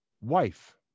wife